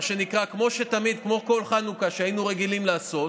מה שנקרא, כמו שתמיד היינו רגילים לעשות,